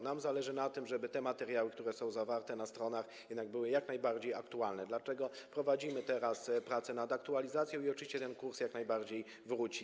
Nam zależy na tym, żeby te materiały, które są zawarte na stronach, jednak były jak najbardziej aktualne, dlatego prowadzimy teraz prace nad aktualizacją i oczywiście ten kurs jak najbardziej wróci.